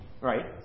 Right